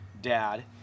dad